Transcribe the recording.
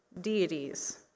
deities